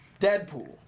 Deadpool